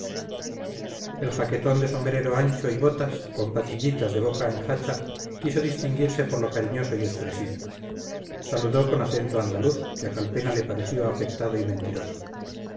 el jaquetón de sombrero ancho y botas con patillitas de boca e jacha quiso distinguirse por lo cariñoso y expresivo saludó con acento andaluz que a calpena le pareció afectado y mentiroso